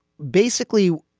basically,